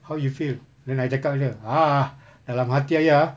how you feel then I cakap saja ah dalam hati I ah